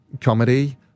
comedy